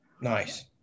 Nice